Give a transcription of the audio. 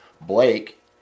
Blake